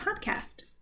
podcast